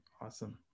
awesome